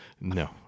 No